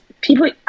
People